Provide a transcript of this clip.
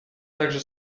также